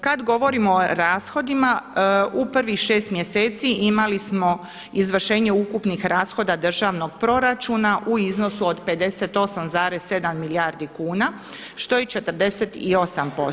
Kad govorimo o rashodima u prvih šest mjeseci imali smo izvršenje ukupnih rashoda državnog proračuna u iznosu od 58,7 milijardi kuna što je 48%